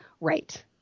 right